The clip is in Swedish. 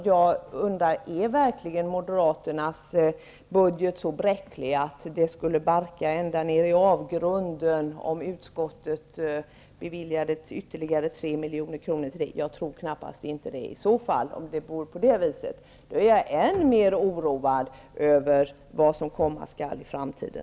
Jag undrar: Är verkligen moderaternas budget så bräcklig att det skulle barka ända ned i avgrunden om utskottet beviljade ytterligare 3 milj.kr. till det? Det tror jag knappast. Om det är på det viset är jag än mer oroad över vad som komma skall i framtiden.